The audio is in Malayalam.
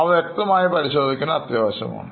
അവ വ്യക്തമായി പരിശോധിക്കേണ്ടത് അത്യാവശ്യമാണ്